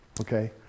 Okay